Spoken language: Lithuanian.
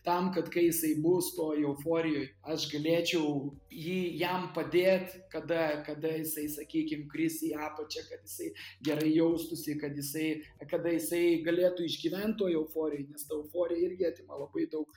tam kad kai jisai bus toj euforijoj aš galėčiau jį jam padėt kada kada jisai sakykim kris į apačią kad jisai gerai jaustųsi kad jisai kada jisai galėtų išgyvent toj euforijoj nes ta euforija irgi atima labai daug